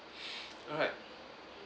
alright